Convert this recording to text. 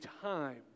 time